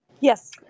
Yes